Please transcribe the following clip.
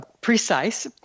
precise